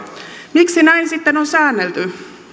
miksi näin sitten on säännelty